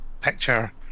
picture